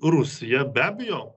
rusija be abejo